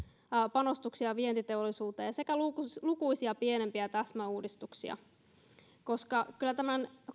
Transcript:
panostuksia vientiteollisuuteen sekä lukuisia pienempiä täsmäuudistuksia kyllä tämän